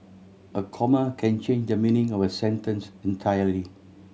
a comma can change the meaning of a sentence entirely